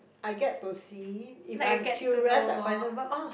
I get to see if I'm curious like for example !oh!